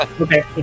Okay